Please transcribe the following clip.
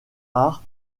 art